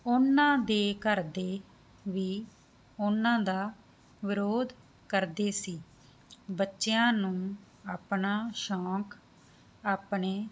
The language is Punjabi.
ਉਹਨਾਂ ਦੇ ਘਰ ਦੇ ਵੀ ਉਹਨਾਂ ਦਾ ਵਿਰੋਧ ਕਰਦੇ ਸੀ ਬੱਚਿਆਂ ਨੂੰ ਆਪਣਾ ਸ਼ੌਂਕ ਆਪਣੇ